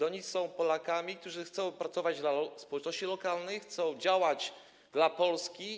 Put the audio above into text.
Oni są Polakami, którzy chcą pracować dla społeczności lokalnej, chcą działać dla Polski.